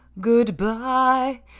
Goodbye